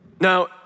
Now